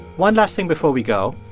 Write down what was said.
one last thing before we go,